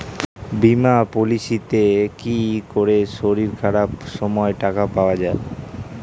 বীমা পলিসিতে কি করে শরীর খারাপ সময় টাকা পাওয়া যায়?